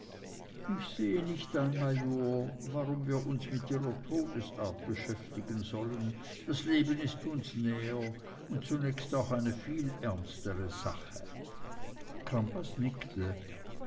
ich sehe nicht ein major warum wir uns mit ihrer todesart beschäftigen sollen das leben ist uns näher und zunächst auch eine viel ernstere sache crampas nickte